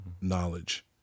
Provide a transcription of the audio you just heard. knowledge